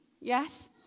Yes